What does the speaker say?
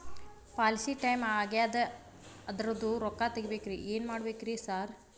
Policy time ಆಗ್ಯಾದ ಅದ್ರದು ರೊಕ್ಕ ತಗಬೇಕ್ರಿ ಏನ್ ಮಾಡ್ಬೇಕ್ ರಿ ಸಾರ್?